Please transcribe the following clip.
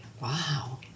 wow